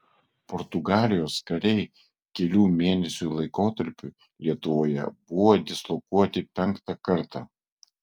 portugalijos kariai kelių mėnesių laikotarpiui lietuvoje buvo dislokuoti penktą kartą